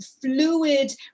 fluid